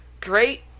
great